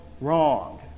wrong